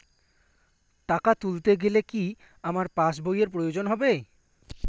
টাকা তুলতে গেলে কি আমার পাশ বইয়ের প্রয়োজন হবে?